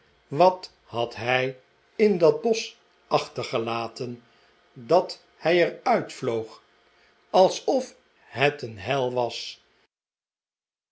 wat had hij in dat bosch achtergelaten dat hij er uitvloog alsof het een hel was